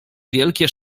wielkie